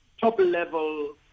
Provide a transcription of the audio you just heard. top-level